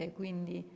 quindi